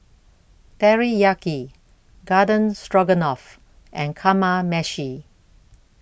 Teriyaki Garden Stroganoff and Kamameshi